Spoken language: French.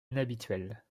inhabituelle